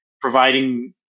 providing